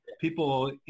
people